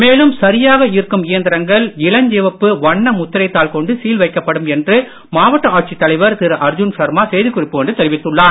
மேலும் சரியாக இருக்கும் இயந்திரங்கள் இளஞ்சிவப்பு வண்ண முத்திரை தாள் கொண்டு சீல் வைக்கப்படும் என்று மாவட்ட ஆட்சித்தலைவர் திரு அர்ஜுன் சர்மா செய்திக்குறிப்பு ஒன்றில் தெரிவித்துள்ளார்